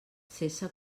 cessa